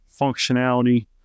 Functionality